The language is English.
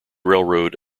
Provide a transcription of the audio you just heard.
railroad